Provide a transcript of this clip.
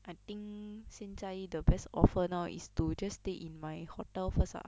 I think 现在 the best offer now is to just stay in my hotel first ah